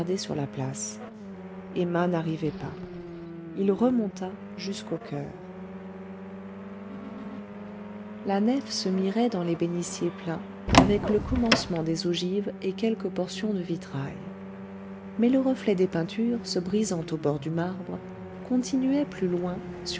sur la place emma n'arrivait pas il remonta jusqu'au choeur la nef se mirait dans les bénitiers pleins avec le commencement des ogives et quelques portions de vitrail mais le reflet des peintures se brisant au bord du marbre continuait plus loin